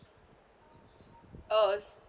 oh